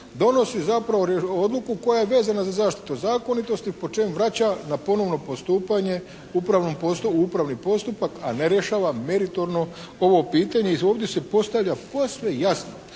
donosi zapravo odluku koja je vezana za zaštitu zakonitosti po čem vraća na ponovno postupanje upravni postupak, a ne rješava meritorno ovo pitanje i ovdje se postavlja posve jasno